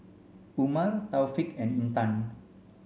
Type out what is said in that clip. Umar Taufik and Intan